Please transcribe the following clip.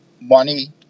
money